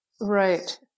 Right